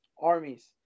armies